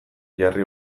jarri